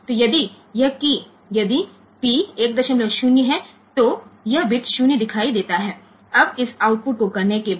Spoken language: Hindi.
तो यदि यह कीय यदि P 10 है तो यह बिट 0 दिखाई देता है अब इस आउटपुट को करने के बाद